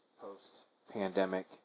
post-pandemic